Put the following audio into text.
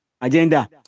Agenda